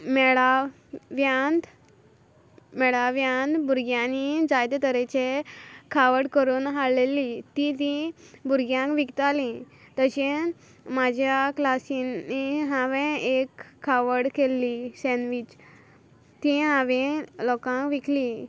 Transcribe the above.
मेळाव्यांत मेळाव्यान भुरग्यांनी जायते तरेचे खावड करून हाडलेली ती तीं भुरग्यांक विकतालीं तशें म्हाज्या क्लासीनी हांवें एक खावड केल्ली सँडवीच तें हांवें लोकां विकली